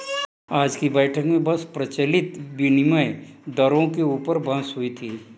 आज की बैठक में बस प्रचलित विनिमय दरों के ऊपर बहस हुई थी